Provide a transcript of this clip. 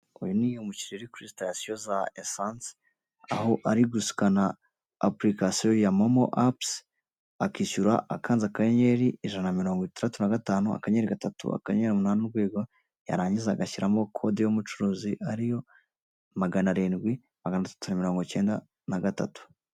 Uyu ni umukiliya uri kuri sitasiyo za esanse aho ari gusikana apulikasiyo ya momo apusi akishyura akanze akanyenyeri, ijana na mirongo itandatu na gatanu akanyenyeri gatatu, akanyenyeri umunani urwego, yarangiza agashyiramo kode y'umucuruzi ariyo; magana arindwi, maganatatu na mirongo ikenda na gatatu.